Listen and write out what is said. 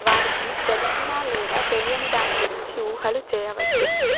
వారికి తెలిసిన లేదా తెలియని దాని గురించి ఊహలు చేయవద్దు